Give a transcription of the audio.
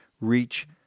reach